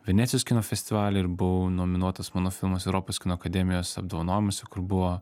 venecijos kino festivalyje ir buvau nominuotas mano filmas europos kino akademijos apdovanojimuose kur buvo